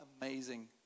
amazing